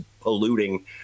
polluting